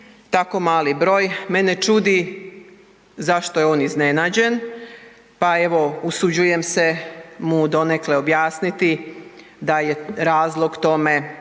tako malo broj, mene čudi zašto je on iznenađen, pa evo, usuđujem mu donekle objasniti da je razlog tome